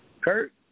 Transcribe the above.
Kurt